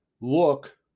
Look